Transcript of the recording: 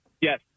Yes